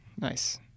Nice